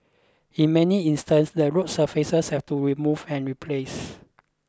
in many instances the road surfaces have to removed and replaced